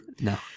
No